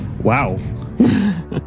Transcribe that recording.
Wow